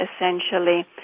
essentially